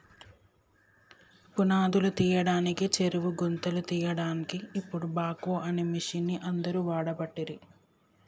పునాదురు తీయడానికి చెరువు గుంతలు తీయడాన్కి ఇపుడు బాక్వో అనే మిషిన్ని అందరు వాడబట్టిరి